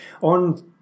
On